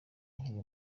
nkiri